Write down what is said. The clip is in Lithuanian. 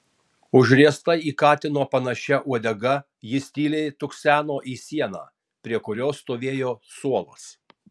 užriesta į katino panašia uodega jis tyliai tukseno į sieną prie kurios stovėjo suolas